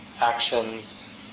actions